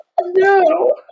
No